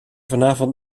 vanavond